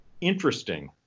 interesting